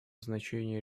значение